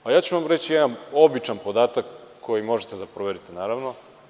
Reći ću vam jedan običan podatak koji možete da proverite, naravno.